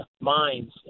mines